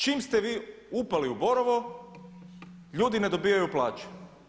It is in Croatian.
Čim ste vi upali u Borovo ljudi ne dobivaju plaće.